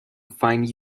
find